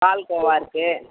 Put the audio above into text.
பால்கோவா இருக்குது